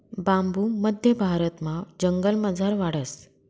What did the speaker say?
बांबू मध्य भारतमा जंगलमझार वाढस